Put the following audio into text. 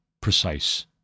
precise